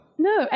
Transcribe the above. No